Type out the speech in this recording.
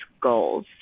goals